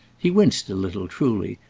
he winced a little, truly,